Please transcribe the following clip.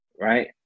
Right